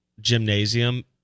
gymnasium